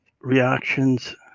reactions